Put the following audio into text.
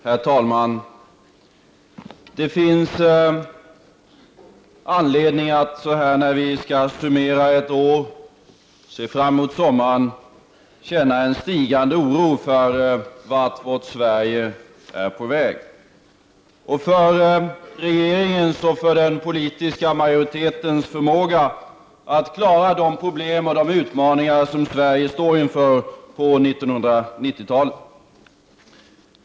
Herr talman! Det finns anledning att, så här när vi skall summera ett år och se fram emot sommaren, känna en stigande oro för vart vårt Sverige är på väg och för regeringens och den politiska majoritetens förmåga att klara de problem och de utmaningar som Sverige står inför på 1990-talet.